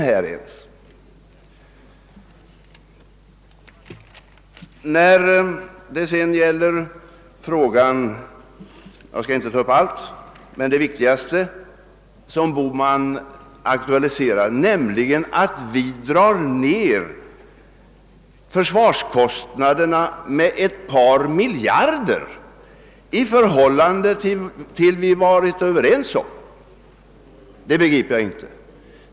Jag skall inte ta upp allt vad som har sagts här utan bara det viktigaste som herr Bohman aktualiserade, nämligen att vi minskar försvarskostnaderna med ett par miljarder i förhållande till vad vi varit överens om. Det begriper jag inte.